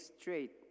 straight